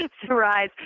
Surprise